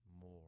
more